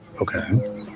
okay